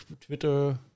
Twitter